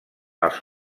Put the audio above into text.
els